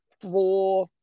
four